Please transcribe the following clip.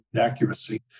accuracy